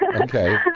okay